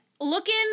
looking